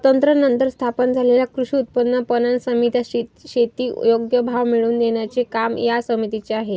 स्वातंत्र्यानंतर स्थापन झालेल्या कृषी उत्पन्न पणन समित्या, शेती योग्य भाव मिळवून देण्याचे काम या समितीचे आहे